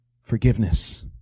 Forgiveness